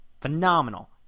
Phenomenal